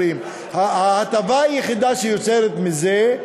ההטבה היחידה שנוצרת מזה,